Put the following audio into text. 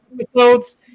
episodes